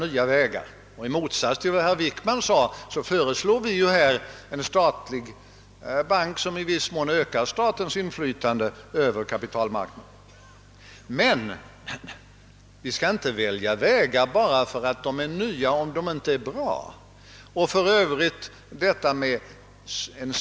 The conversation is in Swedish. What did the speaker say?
Hela tiden tycks socialdemokraterna vid avgörande tillfällen förlora ur sikte just hur viktigt det är att kakan är tillräckligt stor. De diskuterar i stället framför allt hur man skall finna fördelningsmetoder.